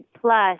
plus